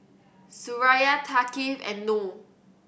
Suraya Thaqif and Noh